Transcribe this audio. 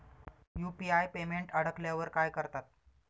UPI payment अडकल्यावर काय करतात?